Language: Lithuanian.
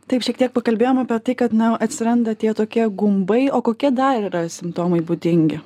taip šiek tiek pakalbėjom apie tai kad na atsiranda tie tokie gumbai o kokie dar yra simptomai būdingi